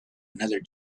another